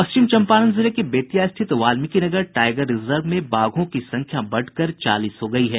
पश्चिम चम्पारण जिले के बेतिया स्थित वाल्मिकी नगर टाईगर रिजर्व में बाघों की संख्या बढ़कर चालीस हो गयी है